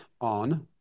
on